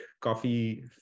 coffee